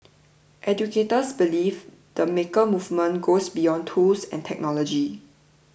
educators believe the maker movement goes beyond tools and technology